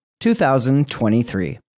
2023